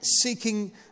seeking